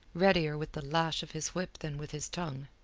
readier with the lash of his whip than with his tongue.